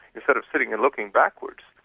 instead of sitting and looking backwards.